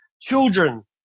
children